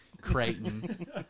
Creighton